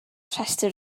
rhestr